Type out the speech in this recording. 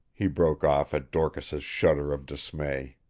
he broke off at dorcas's shudder of dismay.